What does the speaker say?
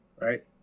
right